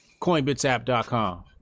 Coinbitsapp.com